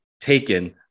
taken